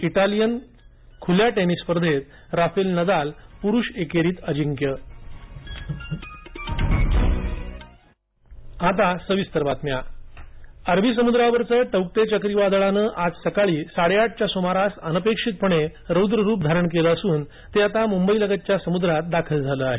Italian खुल्या tennis स्पर्धेत Rafael Nadal पुरुष एकेरीत अजिंक्य टौक्टै वादळ अरबी समुद्रावरचं टौक्टे चक्रीवादळानं आज सकाळी साडेआठच्या सुमारास अनपेक्षितपणे रौद्र रूप धारण केलं असून ते आता मुंबईलगतच्या समुद्रात दाखल झालं आहे